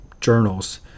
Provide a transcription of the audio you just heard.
journals